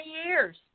years